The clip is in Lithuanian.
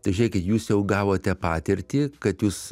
tai žiūrėkit jūs jau gavote patirtį kad jūs